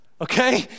Okay